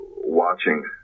watching